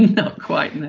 not quite,